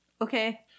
Okay